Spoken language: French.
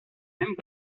mêmes